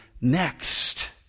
next